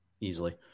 easily